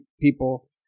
people